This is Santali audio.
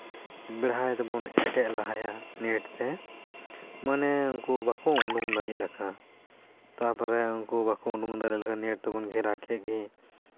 ᱵᱮᱲᱦᱟᱭ ᱛᱮᱵᱚᱱ ᱮᱴᱮᱛ ᱞᱟᱦᱟᱭᱟ ᱱᱮᱴ ᱛᱮ ᱢᱟᱱᱮ ᱩᱱᱠᱩ ᱵᱟᱠᱚ ᱩᱰᱩᱝ ᱫᱟᱲᱮᱭᱟᱜ ᱞᱮᱠᱟ ᱛᱟᱯᱚᱨᱮ ᱩᱱᱠᱩ ᱵᱟᱠᱚ ᱩᱰᱩᱝ ᱫᱟᱲᱮᱜ ᱞᱮᱠᱟ ᱱᱮᱴ ᱛᱮᱵᱚᱱ ᱜᱷᱮᱨᱟ ᱠᱮᱫ ᱜᱮ